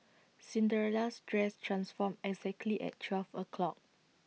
Cinderella's dress transformed exactly at twelve o'clock